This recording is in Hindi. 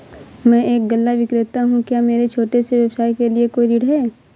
मैं एक गल्ला विक्रेता हूँ क्या मेरे छोटे से व्यवसाय के लिए कोई ऋण है?